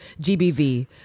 GBV